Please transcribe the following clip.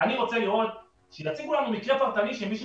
אני רוצה שתציגו לנו מקרה פרטני שמישהו